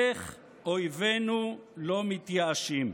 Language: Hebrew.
איך אויבינו לא מתייאשים?